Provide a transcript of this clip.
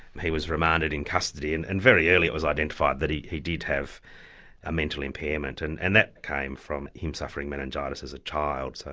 he was remanded in custody and and very early it was identified that he he did have a mental impairment, and and that came from him suffering meningitis as a child.